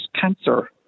cancer